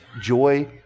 Joy